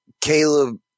Caleb